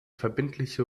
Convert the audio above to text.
verbindliche